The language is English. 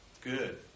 Good